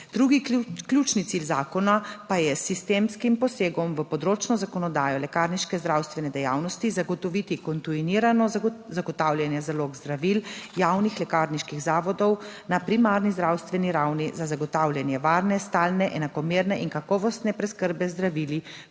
Drugi ključni cilj zakona pa je s sistemskim posegom v področno zakonodajo lekarniške zdravstvene dejavnosti zagotoviti kontinuirano zagotavljanje zalog zdravil javnih lekarniških zavodov na primarni zdravstveni ravni za zagotavljanje varne, stalne, enakomerne in kakovostne preskrbe z zdravili